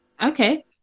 Okay